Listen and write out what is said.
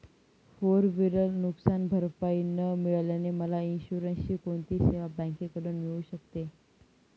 Four wheeler नुकसानभरपाई न मिळाल्याने मला इन्शुरन्सची कोणती सेवा बँकेकडून मिळू शकते?